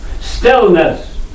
Stillness